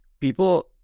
people